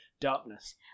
darkness